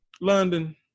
London